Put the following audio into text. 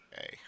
hey